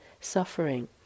suffering